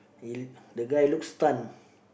it the guy looks stun